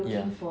ya